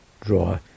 draw